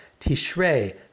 Tishrei